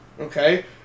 okay